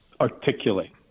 articulate